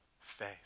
faith